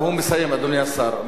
הוא מסיים, אדוני השר.